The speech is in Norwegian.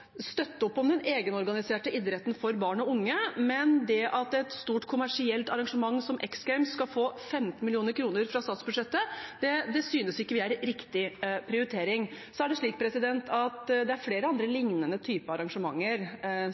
unge. At et stort kommersielt arrangement som X Games skal få 15 mill. kr fra statsbudsjettet, synes ikke vi er riktig prioritering. Så er det flere liknende typer arrangementer som er delkommersielle, som får støtte over statsbudsjettet – det er